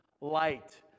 light